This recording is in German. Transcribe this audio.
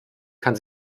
kann